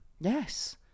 Yes